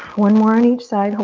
one more on each side,